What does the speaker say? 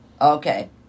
okay